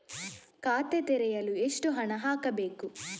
ಖಾತೆ ತೆರೆಯಲು ಎಷ್ಟು ಹಣ ಹಾಕಬೇಕು?